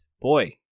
boy